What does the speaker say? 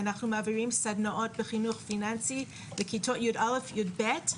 ואנחנו מעבירים סדנאות לחינוך פיננסי בכיתות י"א-י"ב.